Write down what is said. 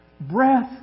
breath